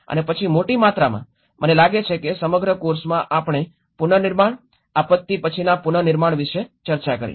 અને પછી મોટી માત્રામાં મને લાગે છે કે સમગ્ર કોર્સમાં આપણે પુનર્નિર્માણ આપત્તિ પછીના પુનર્નિર્માણ વિશે ચર્ચા કરી